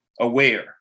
aware